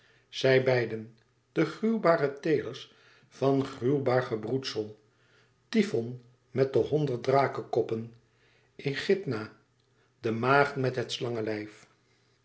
zij beiden de gruwbare teelers van gruwbaar gebroedsel tyfon met de honderd drakekoppen echidna de maagd met het slangelijf zij